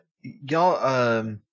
y'all